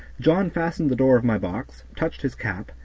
john fastened the door of my box, touched his cap,